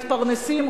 מתפרנסים,